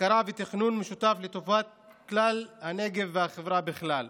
הכרה ותכנון משותף לטובת כלל הנגב והחברה בכלל.